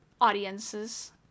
audiences